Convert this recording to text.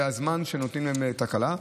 זה הזמן שנותנים להם לתקלה.